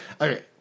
okay